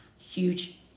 huge